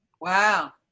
Wow